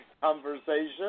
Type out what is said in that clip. conversation